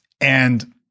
And-